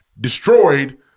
destroyed